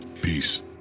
peace